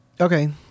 Okay